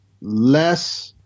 Less